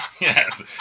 Yes